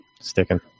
Sticking